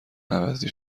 عوضی